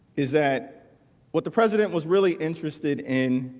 is that what the president was really interested in